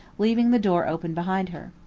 leaving the door open behind her.